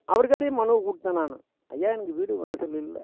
அவர் கையிலேயும் மனுவை கொடுத்தேன் நான் ஐயா எனக்கு வீடு வாசல் இல்லை